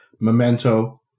Memento